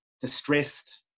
distressed